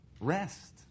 rest